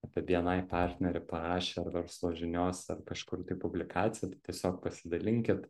apie bni partnerį parašė ar verslo žiniose ar kažkur tai publikacija tiesiog pasidalinkit